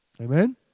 Amen